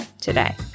today